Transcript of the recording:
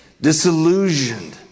disillusioned